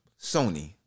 Sony